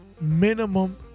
minimum